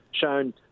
shown